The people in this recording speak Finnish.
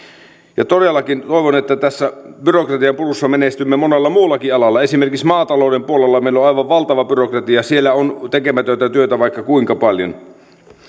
ja todellakin toivon että tässä byrokratian purussa menestymme monella muullakin alalla esimerkiksi maatalouden puolella meillä on aivan valtava byrokratia siellä on tekemätöntä työtä vaikka kuinka paljon